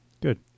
Good